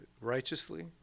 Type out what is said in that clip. righteously